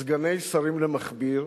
סגני שרים למכביר,